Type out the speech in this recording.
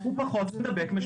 הוא פחות מידבק.